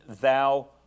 Thou